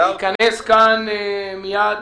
להיכנס מיד